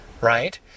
right